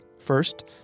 First